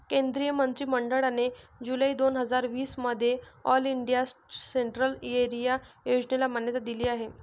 केंद्रीय मंत्रि मंडळाने जुलै दोन हजार वीस मध्ये ऑल इंडिया सेंट्रल एरिया योजनेला मान्यता दिली आहे